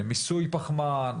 למיסוי פחמן.